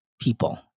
people